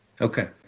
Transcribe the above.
Okay